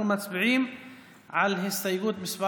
אנחנו מצביעים על הסתייגות מס'